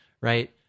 right